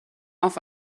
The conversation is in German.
auf